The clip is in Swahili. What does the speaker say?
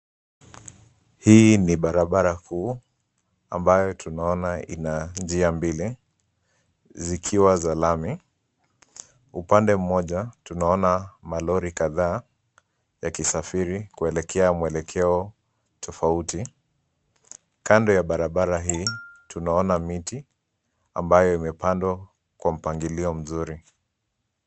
Hii ni barabara kuu ambayo tunaona ina njia mbili zikiwa za lami. Upande mmoja tunaona malori kadha yakisafiri kuelekea mwelekeo tofauti. Kando ya barabara hii tunaona miti ambayo imepandwa kwa mpangilio mzuri.